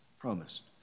promised